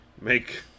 make